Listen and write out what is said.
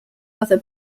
other